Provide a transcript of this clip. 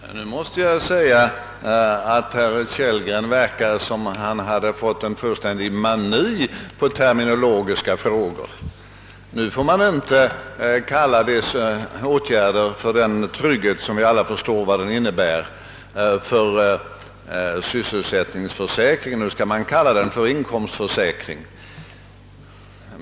Herr talman! Nu måste jag säga att herr Kellgren verkar som om han hade fått fullständig mani på terminologiska frågor. Man får inte kalla åtgärder för trygghet, som vi alla förstår vad de innebär, för »sysselsättningsförsäkring» — nu skall man kalla dem »inkomstförsäkring».